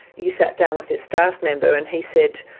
you sat down with this staff member, and he said,